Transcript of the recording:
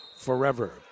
forever